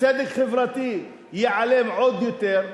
והצדק החברתי ייעלם עוד יותר.